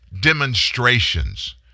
demonstrations